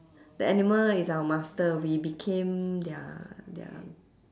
the animal is our master we became their their